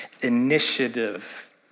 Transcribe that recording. Initiative